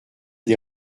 des